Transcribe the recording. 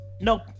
Nope